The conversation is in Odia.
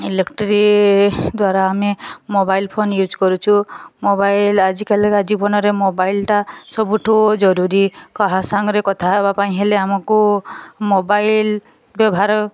ଇଲେକ୍ଟ୍ରି ଦ୍ୱାରା ଆମେ ମୋବାଇଲ୍ ଫୋନ୍ ୟୁଜ୍ କରୁଛୁ ମୋବାଇଲ୍ ଆଜିକାଲିକା ଜୀବନରେ ମୋବାଇଲ୍ଟା ସବୁଠୁ ଜରୁରୀ କାହା ସାଙ୍ଗରେ କଥାହେବା ପାଇଁ ହେଲେ ଆମକୁ ମୋବାଇଲ୍ ବ୍ୟବହାର